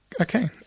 Okay